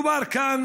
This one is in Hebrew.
מדובר כאן,